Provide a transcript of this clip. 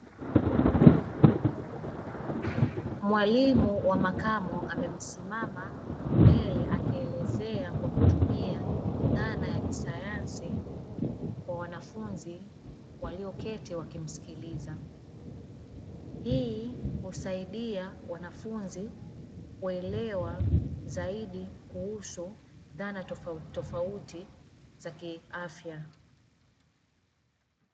Mwalimu wa makamo amesimama mbele akielezea kwa kutumia dhana ya kisayansi kwa wanafunzi walioketi wakimsikiliza. Hii husaidia wanafunzi kuelewa zaidi kuhusu dhana tofauti tofauti za kiafya.